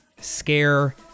scare